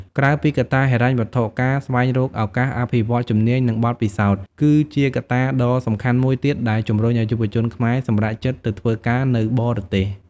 ក្រៅពីកត្តាហិរញ្ញវត្ថុ ការស្វែងរកឱកាសអភិវឌ្ឍជំនាញ និងបទពិសោធន៍ គឺជាកត្តាដ៏សំខាន់មួយទៀតដែលជំរុញឱ្យយុវជនខ្មែរសម្រេចចិត្តទៅធ្វើការនៅបរទេស។